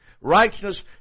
righteousness